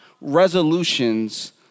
resolutions